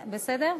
בסדר?